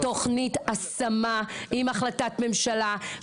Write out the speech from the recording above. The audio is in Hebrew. תכנית השמה עם החלטת ממשלה.